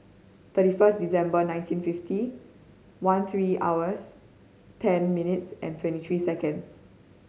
thirty first December nineteen fifty one three hours ten minutes and twenty three seconds